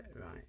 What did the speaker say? right